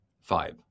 five